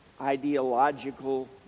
ideological